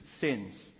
sins